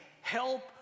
help